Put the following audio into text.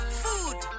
food